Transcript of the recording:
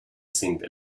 sind